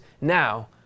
Now